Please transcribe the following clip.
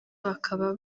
bakaba